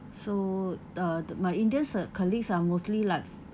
so the the my indians uh colleagues are mostly like